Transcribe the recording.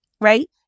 right